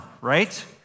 right